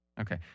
Okay